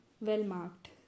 well-marked